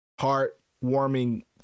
heartwarming